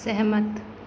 सहमत